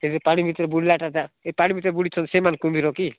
ସେ ସେ ପାଣି ଭିତରେ ବୁଡ଼ିଲାଟା ତା ଏ ପାଣି ଭିତରେ ବୁଡ଼ିଛନ୍ତି ସେମାନେ କୁମ୍ଭୀର କି